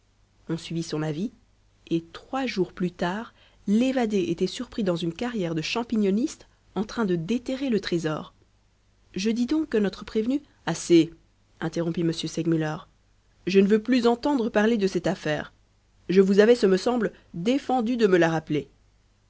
on suivit son avis et trois jours plus tard l'évadé était surpris dans une carrière de champignonniste en train de déterrer le trésor je dis donc que notre prévenu assez interrompit m segmuller je ne veux plus entendre parler de cette affaire je vous avais ce me semble défendu de me la rappeler